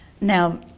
Now